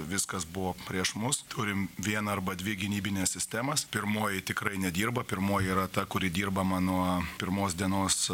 viskas buvo prieš mus turim vieną arba dvi gynybines sistemas pirmoji tikrai nedirba pirmoji yra ta kuri dirbama nuo pirmos dienos